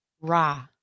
Ra